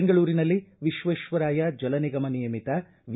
ಬೆಂಗಳೂರಿನಲ್ಲಿ ವಿಶ್ವೇಶ್ವರಾಯಾ ಜಲ ನಿಗಮ ನಿಯಮಿತ ವಿ